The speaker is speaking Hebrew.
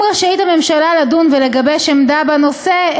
אם רשאית הממשלה לדון ולגבש עמדה בנושא,